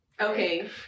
Okay